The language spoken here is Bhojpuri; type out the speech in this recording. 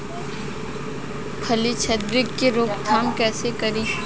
फली छिद्रक के रोकथाम कईसे करी?